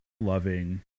loving